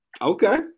Okay